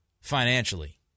financially